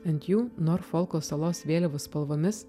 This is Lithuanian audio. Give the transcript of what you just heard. ant jų norfolko salos vėliavos spalvomis